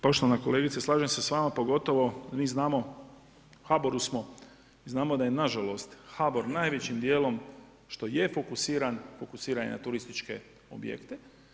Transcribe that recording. Poštovana kolegice, slažem se s vama pogotovo u HBOR-u smo i znamo da je nažalost HBOR najvećim djelom što je fokusiran, fokusiran je na turističke objekte.